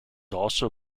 also